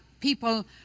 people